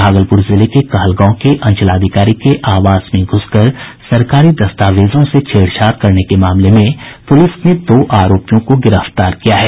भागलपुर के कहलगांव के अंचलाधिकारी के आवास में घुसकर सरकारी दस्तावेजों से छेड़छाड़ करने के मामले में पुलिस ने दो आरोपियों को गिरफ्तार किया है